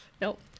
Nope